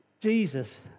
Jesus